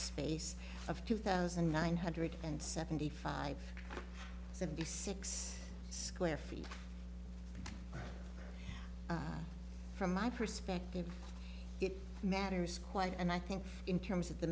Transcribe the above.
space of two thousand nine hundred and seventy five seventy six square feet from my perspective it matters quite and i think in terms of the